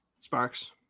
Sparks